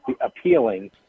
appealing